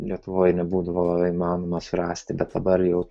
lietuvoj nebūdavo labai įmanoma surasti bet dabar jau